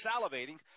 salivating